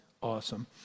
awesome